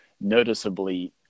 noticeably